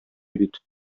бит